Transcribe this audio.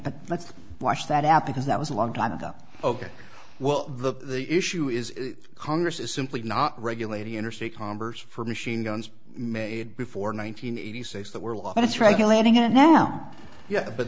but let's watch that out because that was a long time ago ok well the the issue is congress is simply not regulate interstate commerce for machine guns made before nine hundred eighty six that were lost it's regulating it now yeah but